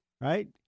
right